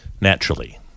naturally